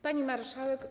Pani Marszałek!